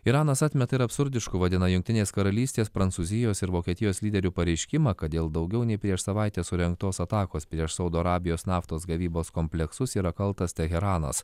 iranas atmeta ir absurdišku vadina jungtinės karalystės prancūzijos ir vokietijos lyderių pareiškimą kad dėl daugiau nei prieš savaitę surengtos atakos prieš saudo arabijos naftos gavybos kompleksus yra kaltas teheranas